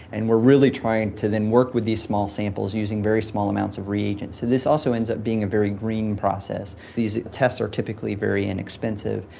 and we're really trying to then work with these small samples using very small amounts of reagents. so this also ends up being a very green process. these tests are typically very inexpensive,